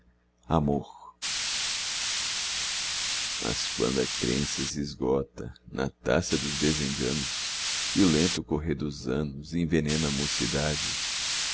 amor mas quando a crença se esgota na taça dos desenganos e o lento correr dos anos envenena a mocidade